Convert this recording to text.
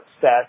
set